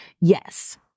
Yes